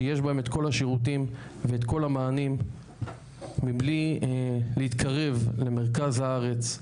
שיש בהם את כל השירותים ואת כל המענים מבלי להתקרב למרכז הארץ.